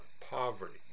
poverty